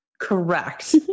Correct